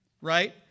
Right